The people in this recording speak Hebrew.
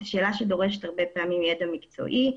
היא שאלה שדורשת הרבה פעמים ידע מקצועי,